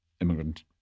immigrant